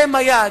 אתם היעד,